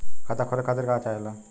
खाता खोले खातीर का चाहे ला?